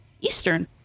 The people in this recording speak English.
Eastern